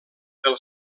del